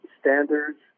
standards